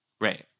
Right